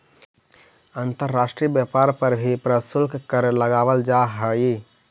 अंतर्राष्ट्रीय व्यापार पर भी प्रशुल्क कर लगावल जा हई